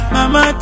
Mama